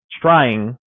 trying